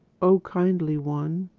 oh kindly one,